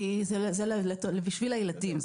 כי זה בשביל הילדים.